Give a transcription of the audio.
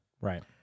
Right